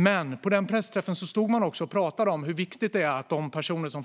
Men på pressträffen pratade man också om hur viktigt det är att de personer som